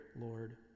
Lord